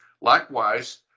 likewise